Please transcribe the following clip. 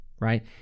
right